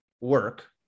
work